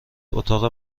اتاق